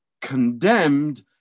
condemned